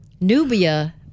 Nubia